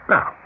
Now